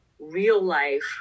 real-life